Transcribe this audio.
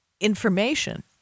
information